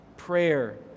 Prayer